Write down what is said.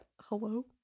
hello